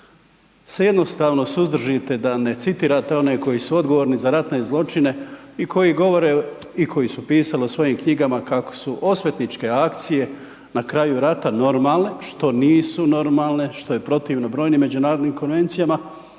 se jednostavno suzdržite da ne citirate oni koji su odgovorni za ratne zločine i koji govore i koji su pisali u svojim knjigama kako su osvetničke akcije na kraju rata normalne, što nisu normalne što je protivno brojim međunarodnim konvencijama